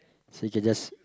so you can just